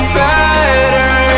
better